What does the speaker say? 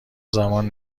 زمان